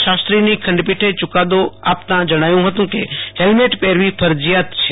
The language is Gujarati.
શાસ્ત્રીની ખંડપીઠે યુકાદો આપતા જણાવ્યુ જ્ઞુ કે હેલ્મેટ પહેરવી ફરજીયાત છે